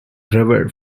revered